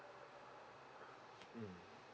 mm